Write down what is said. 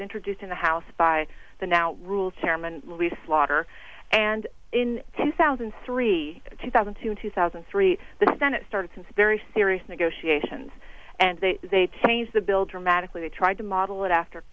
was introduced in the house by the now rules chairman lee slaughter and in two thousand and three two thousand to two thousand and three the senate started since very serious negotiations and they changed the bill dramatically they tried to model it after